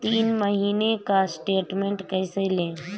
तीन महीने का स्टेटमेंट कैसे लें?